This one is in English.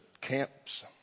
camps